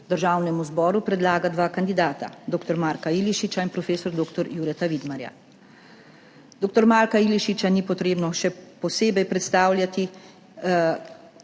Državnemu zboru predlaga dva kandidata, dr. Marka Ilešiča in prof. dr. Jureta Vidmarja. Dr. Marka Ilešiča ni potrebno še posebej predstavljati.